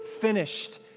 finished